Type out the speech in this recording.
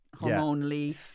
hormonally